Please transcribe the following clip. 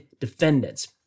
defendants